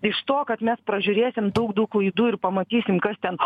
iš to kad mes pražiūrėsim daug daug laidų ir pamatysim kas ten